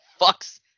fucks